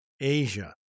Asia